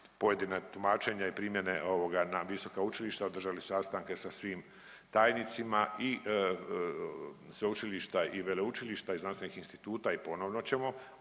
pojedina tumačenja i primjene ovoga na visoka učilišta, održali sastanke sa svim tajnicima i sveučilišta i veleučilišta i znanstvenih instituta i ponovno ćemo. A i